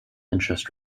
interest